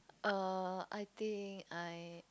err I think I